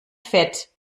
fett